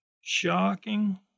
Shocking